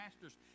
masters